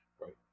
right